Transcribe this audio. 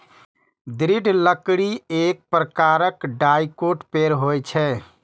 दृढ़ लकड़ी एक प्रकारक डाइकोट पेड़ होइ छै